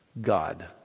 God